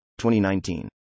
2019